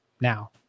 now